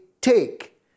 take